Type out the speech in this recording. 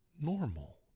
normal